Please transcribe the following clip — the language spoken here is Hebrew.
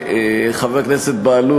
חבר הכנסת בהלול,